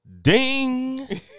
ding